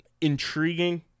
intriguing